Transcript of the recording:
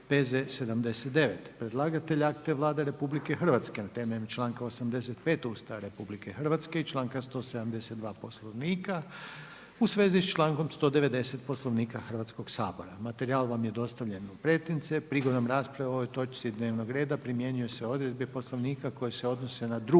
Predlagatelj akta je Vlada Republike Hrvatske na temelju članka 85. Ustava Republike Hrvatske i članka 172. Poslovnika u vezi s člankom 190. Poslovnika Hrvatskoga sabora. Materijal je dostavljen u pretince. Prigodom rasprave o ovoj točki dnevnog reda primjenjuju se odredbe Poslovnika koje se odnose na drugo